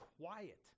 quiet